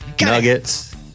Nuggets